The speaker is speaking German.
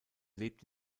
lebt